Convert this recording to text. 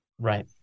Right